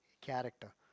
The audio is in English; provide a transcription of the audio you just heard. character